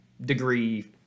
degree